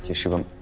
shivam